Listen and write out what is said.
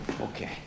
Okay